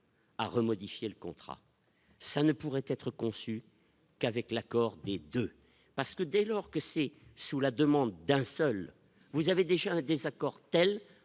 à remodeler fiel contrat ça ne pourraient être conçues qu'avec l'accord des 2 parce que dès lors que c'est sous la demande d'un seul, vous avez déjà un désaccord, tels